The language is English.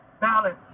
balance